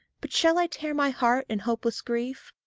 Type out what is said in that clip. but shall i tear my heart in hopeless grief,